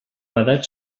edats